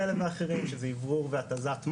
שזה אוורור והתזת מים,